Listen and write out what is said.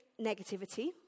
negativity